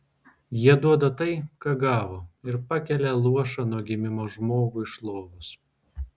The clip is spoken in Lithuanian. jie duoda tai ką gavo ir pakelia luošą nuo gimimo žmogų iš lovos